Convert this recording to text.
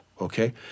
Okay